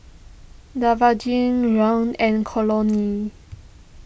Devaughn Rahn and Colonel